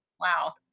Wow